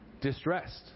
distressed